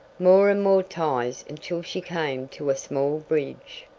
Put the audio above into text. more and more ties until she came to a small bridge.